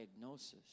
diagnosis